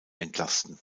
entlasten